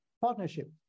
partnership